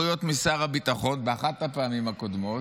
באחת הפעמים הקודמות,